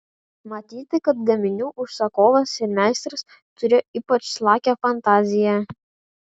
matyti kad gaminių užsakovas ir meistras turėjo ypač lakią fantaziją